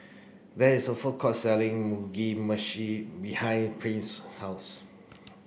there is a food court selling Mugi Meshi behind Prince's house